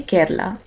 Kerala